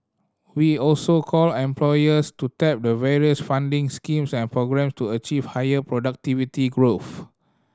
we also call employers to tap the various funding schemes and programme to achieve higher productivity growth